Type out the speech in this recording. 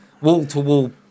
wall-to-wall